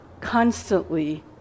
constantly